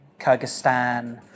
Kyrgyzstan